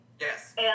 Yes